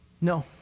No